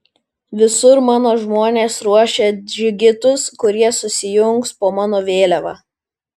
visur mano žmonės ruošia džigitus kurie susijungs po mano vėliava